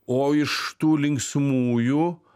o iš tų linksmųjų